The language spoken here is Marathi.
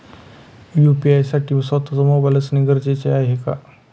यू.पी.आय साठी स्वत:चा मोबाईल असणे गरजेचे आहे का?